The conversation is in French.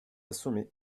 assommés